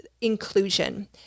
inclusion